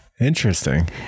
Interesting